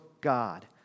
God